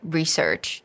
research